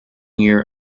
year